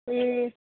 ए